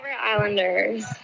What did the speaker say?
Islanders